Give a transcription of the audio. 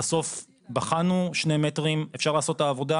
בסוף בחנו שני מטרים אפשר לעשות את העבודה?